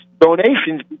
donations